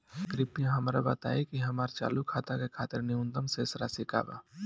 कृपया हमरा बताइ कि हमार चालू खाता के खातिर न्यूनतम शेष राशि का बा